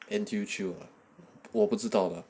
N_T_U 我不知道的